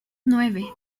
nueve